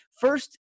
first